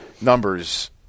numbers